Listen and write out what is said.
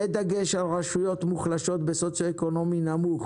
בדגש על רשויות מוחלשות בסוציו-אקונומי נמוך